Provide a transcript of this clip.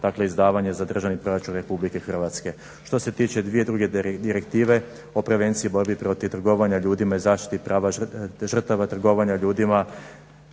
dakle izdavanje za državni proračun RH. Što se tiče dvije druge direktive o prevenciji borbi protiv trgovanja ljudima i zaštiti prava žrtava trgovanja ljudima